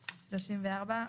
(34)